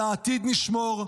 על העתיד נשמור.